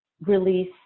release